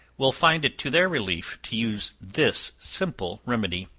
will find it to their relief to use this simple remedy.